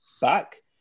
back